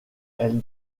elle